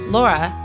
Laura